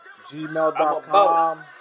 Gmail.com